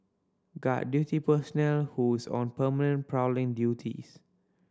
guard duty personnel who's on permanent prowling duties